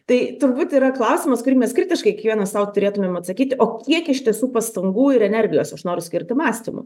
tai turbūt yra klausimas kurį mes kritiškai kiekvienas sau turėtumėm atsakyti o kiek iš tiesų pastangų ir energijos aš noriu skirti mąstymui